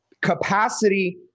capacity